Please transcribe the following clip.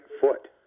foot